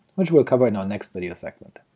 which we'll cover in our next video segment.